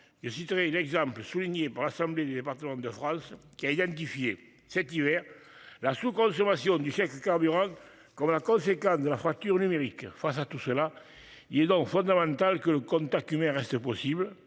Je citerai l'exemple souligné pour Assemblée des départements de France, qui a identifié cet hiver la sous-consommation du chèque carburant comme la conséquence de la fracture numérique face à tout cela. Il est donc fondamental que le contact humain reste possible.